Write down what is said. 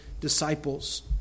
disciples